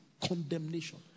condemnation